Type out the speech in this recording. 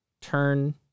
turn